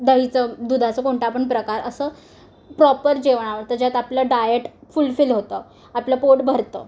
दहीचं दुधाचं कोणता पण प्रकार असं प्रॉपर जेवण आवडतं ज्यात आपलं डायट फुलफिल होतं आपलं पोट भरतं